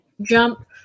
jump